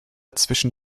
zwischen